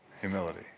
Humility